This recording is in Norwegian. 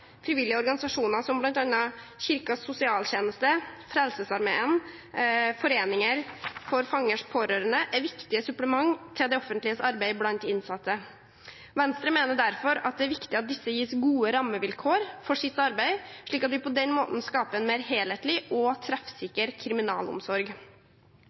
Frivillige organisasjoner, som bl.a. Kirkens Sosialtjeneste, Frelsesarmeen og foreningen For Fangers Pårørende, er viktige supplement til det offentliges arbeid blant innsatte. Venstre mener derfor det er viktig at disse gis gode rammevilkår for sitt arbeid slik at vi på den måten skaper en mer helhetlig og